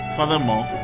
Furthermore